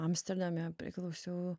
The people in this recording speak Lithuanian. amsterdame priklausiau